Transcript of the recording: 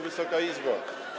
Wysoka Izbo!